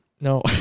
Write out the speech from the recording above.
No